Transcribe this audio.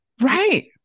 Right